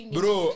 Bro